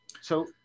So-